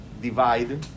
divide